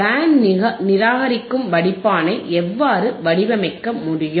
pant நிராகரிக்கும் வடிப்பானை எவ்வாறு வடிவமைக்க முடியும்